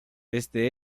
este